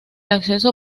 acceso